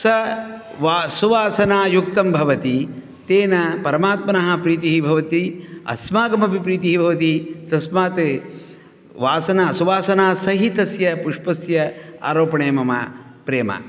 स वा सुवासनायुक्तं भवति तेन परमात्मनः प्रीतिः भवति अस्माकम् अपि प्रीतिः भवति तस्मात् वासना सुवासनासहितस्य पुष्पस्य आरोपणे मम प्रेमः